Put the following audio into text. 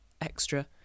Extra